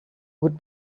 would